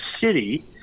city